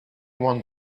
went